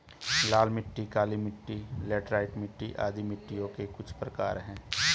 लाल मिट्टी, काली मिटटी, लैटराइट मिट्टी आदि मिट्टियों के कुछ प्रकार है